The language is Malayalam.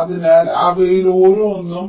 അതിനാൽ അവയിൽ ഓരോന്നും